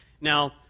Now